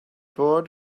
bod